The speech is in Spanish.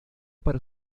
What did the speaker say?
para